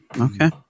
Okay